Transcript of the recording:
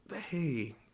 Hey